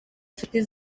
nshuti